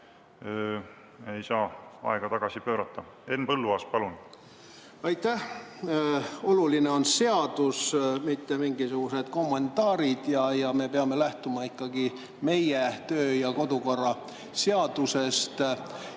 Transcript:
Ei saa aega tagasi pöörata. Henn Põlluaas, palun! Aitäh! Oluline on seadus, mitte mingisugused kommentaarid, ja me peame lähtuma ikkagi meie töö- ja kodukorra seadusest.